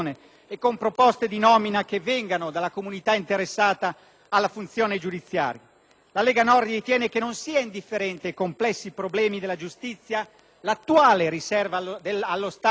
La Lega Nord ritiene che non sia indifferente ai complessi problemi della giustizia l'attuale riserva allo Stato del monopolio della legislazione sulla giurisdizione e dell'esercizio accentrato della medesima.